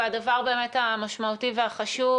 הדבר המשמעותי והחשוב